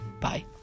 Bye